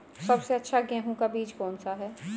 सबसे अच्छा गेहूँ का बीज कौन सा है?